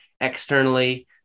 externally